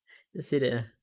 just say that lah